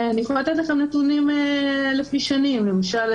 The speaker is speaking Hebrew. אני יכולה לתת לכם נתונים לפי שנים למשל,